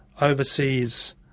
overseas